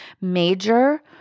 major